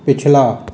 पिछला